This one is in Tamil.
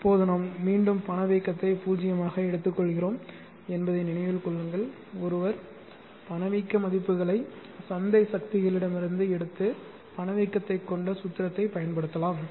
இப்போது நாம் மீண்டும் பணவீக்கத்தை 0 ஆக எடுத்துக்கொள்கிறோம் என்பதை நினைவில் கொள்ளுங்கள் ஒருவர் பணவீக்க மதிப்புகளை சந்தை சக்திகளிடமிருந்து எடுத்து பணவீக்கத்தைக் கொண்ட சூத்திரத்தைப் பயன்படுத்தலாம்